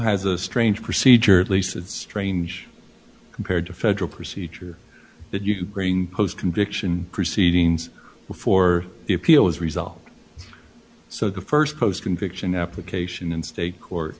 has a strange procedure at least that strange compared to federal procedure that you bring post conviction proceedings before the appeal is resolved so the st post conviction application in state court